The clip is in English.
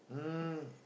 um